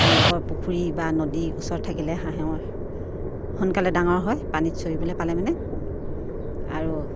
তেওঁলোকৰ পুখুৰী বা নদী ওচৰত থাকিলে হাঁহে সোনকালে ডাঙৰ হয় পানীত চৰিবলৈ পালে মানে আৰু